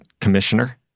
commissioner